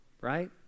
right